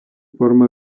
forma